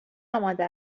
آماده